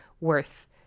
worth